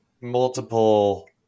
multiple